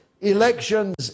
elections